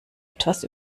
etwas